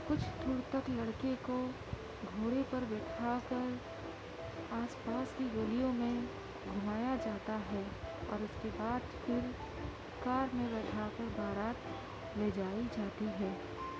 کچھ دور تک لڑکے کو گھوڑے پر بٹھا کر آس پاس کی گلیوں میں گھمایا جاتا ہے اور اس کے بعد پھر کار میں بٹھا کر بارات لے جائی جاتی ہے